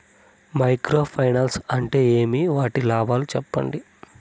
Micro finance అంటే ఏమి? వాటి లాభాలు సెప్పండి?